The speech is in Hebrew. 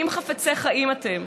אם חפצי חיים אתם,